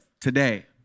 today